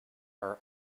are